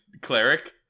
cleric